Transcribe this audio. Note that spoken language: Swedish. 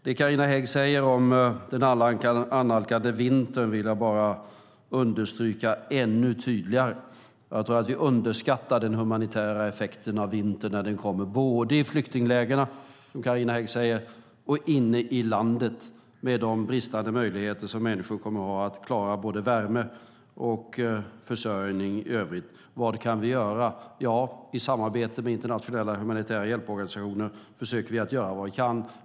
Det Carina Hägg säger om den annalkande vintern vill jag bara understryka ännu tydligare. Jag tror att vi underskattar den humanitära effekten av vintern när den kommer både i flyktinglägren, som Carina Hägg säger, och inne i landet med de bristande möjligheter som människor kommer att ha att klara både värme, försörjning och övrigt. Vad kan vi göra? I samarbete med internationella humanitära hjälporganisationer försöker vi göra vad vi kan.